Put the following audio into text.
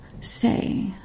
say